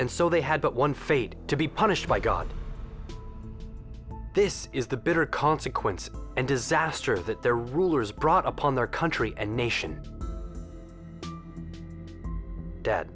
and so they had but one fate to be punished by god this is the bitter consequences and disaster that their rulers brought upon their country and nation